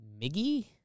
Miggy